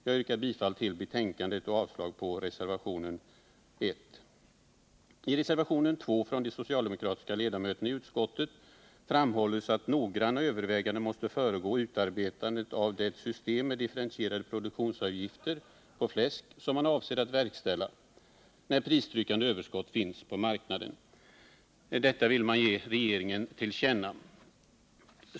Jag yrkar bifall till utskottets hemställan under mom. 4 och avslag på reservationen 1. I reservationen 2 från de socialdemokratiska ledamöterna i utskottet framhålls att noggranna överväganden måste föregå utarbetandet av det system med differentierade produktionsavgifter på fläsk som man avser att tillämpa när pristryckande överskott finns på marknaden. Detta vill man ge ” regeringen till känna.